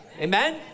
Amen